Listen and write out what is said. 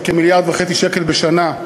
היא כמיליארד וחצי שקל בשנה,